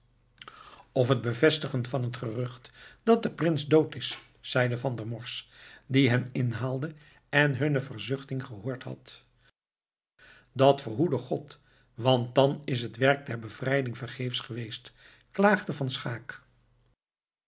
of het bevestigen van het gerucht dat de prins dood is zeide van der morsch die hen inhaalde en hunne verzuchting gehoord had dat verhoede god want dan is het werk der bevrijding vergeefsch geweest klaagde van schaeck